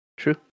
true